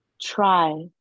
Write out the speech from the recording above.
try